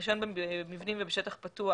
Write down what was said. רישיון במבנים ובשטח פתוח